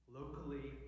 locally